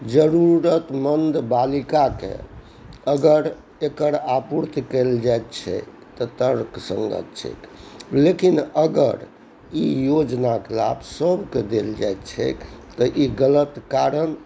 जरुरतमन्द बालिकाके अगर एकर आपूर्ति कयल जाइत छै तऽ तर्क सङ्गत छैक लेकिन अगर ई योजनाके लाभ सभके देल जाइत छैक तऽ ई गलत कारण